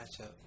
matchup